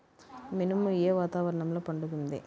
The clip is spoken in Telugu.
మినుము ఏ వాతావరణంలో పండుతుంది?